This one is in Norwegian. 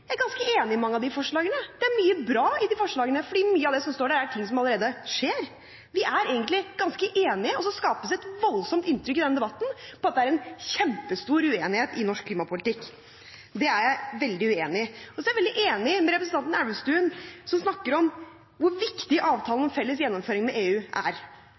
jeg ganske enig i mange av dem. Det er mye bra i de forslagene, fordi mye av det som står der, er ting som allerede skjer. Vi er egentlig ganske enige, og så skapes det et voldsomt inntrykk i denne debatten av at det er en kjempestor uenighet i norsk klimapolitikk. Det er jeg veldig uenig i. Jeg er veldig enig med representanten Elvestuen, som snakker om hvor viktig avtalen om felles gjennomføring med EU er,